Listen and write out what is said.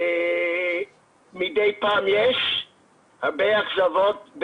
מדי פעם יש הרבה אכזבות.